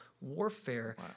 warfare